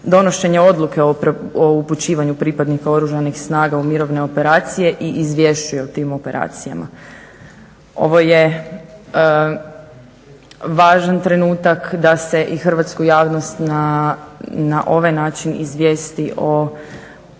donošenje odluke o upućivanju pripadnika Oružanih snaga u mirovne operacije i izvješćuje o tim operacijama. Ovo je važan trenutak da se i hrvatsku javnost na ovaj način izvijesti o